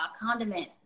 Condiment